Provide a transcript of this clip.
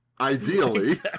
ideally